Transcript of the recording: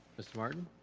mr. martin?